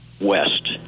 west